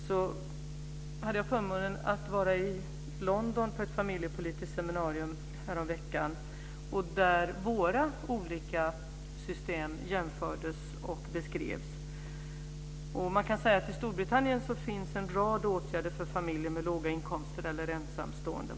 Jag hade förmånen att vara i London på ett familjepolitiskt seminarium häromveckan där våra olika system jämfördes och beskrevs. Man kan säga att det i Storbritannien finns en rad åtgärder för familjer med låga inkomster eller ensamstående.